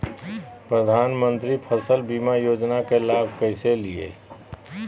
प्रधानमंत्री फसल बीमा योजना के लाभ कैसे लिये?